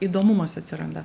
įdomumas atsiranda